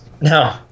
No